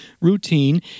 routine